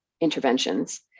interventions